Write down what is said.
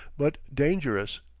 but dangerous.